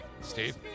Steve